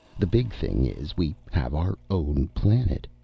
the big thing is, we have our own planet.